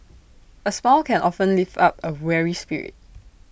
A smile can often lift up A weary spirit